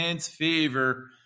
favor